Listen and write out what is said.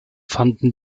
fanden